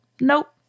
Nope